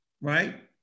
right